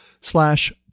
slash